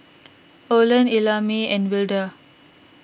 Olen Ellamae and Wilda